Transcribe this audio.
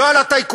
לא על הטייקונים,